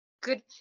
good